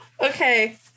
Okay